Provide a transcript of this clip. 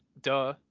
Duh